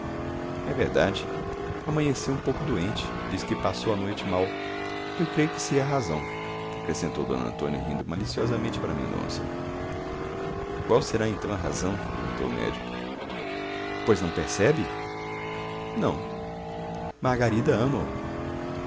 é verdade amanheceu um pouco doente diz que passou a noite mal eu creio que sei a razão acrescentou d antônia rindo maliciosamente para mendonça qual será então a razão perguntou o médico pois não percebe não margarida ama o